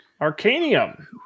arcanium